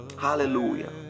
Hallelujah